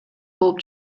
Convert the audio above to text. болуп